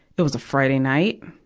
it was a friday night.